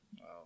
wow